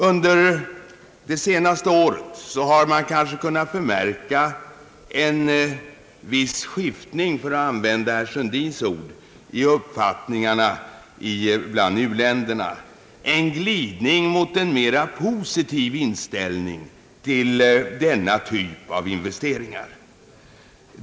Under det senaste året har man kanske kunnat bemärka en viss skiftning — för att använda herr Sundins ord — i uppfattningarna bland u-länderna, en glidning mot en mera positiv inställning till denna typ av investeringar.